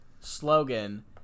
slogan